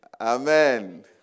Amen